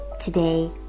Today